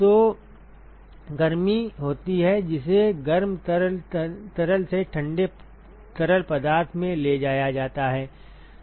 तो गर्मी होती है जिसे गर्म तरल से ठंडे तरल पदार्थ में ले जाया जाता है